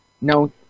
No